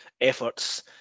efforts